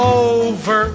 over